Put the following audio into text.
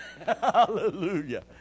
Hallelujah